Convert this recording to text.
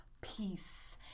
Peace